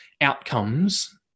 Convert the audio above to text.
outcomes